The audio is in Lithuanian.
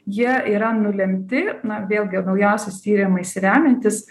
jie yra nulemti na vėlgi naujausiais tyrimais remiantis